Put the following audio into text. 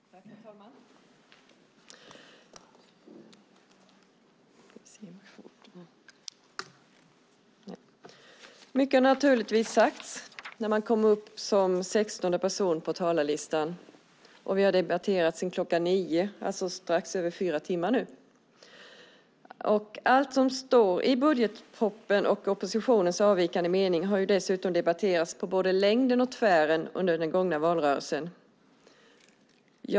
Herr talman! Mycket har naturligtvis sagts när man är den 16:e på talarlistan, och vi har debatterat sedan kl. 9, alltså lite mer än fyra timmar. Allt som står i budgetpropositionen och i oppositionens avvikande mening har dessutom debatterats på både längden och tvären under den gångna valrörelsen.